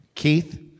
Keith